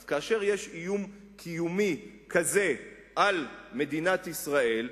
אז כאשר יש איום קיומי כזה על מדינת ישראל,